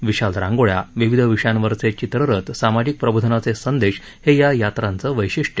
विशाल रांगोळ्या विविध विषयांवरचे चित्ररथ सामाजिक प्रबोधनाचे संदेश हे या यात्रांचं वैशिष्ट्य